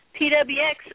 PWX